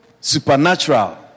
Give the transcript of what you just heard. supernatural